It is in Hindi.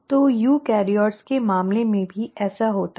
तो यूकेरियोट्स के मामले में भी ऐसा होता है